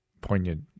poignant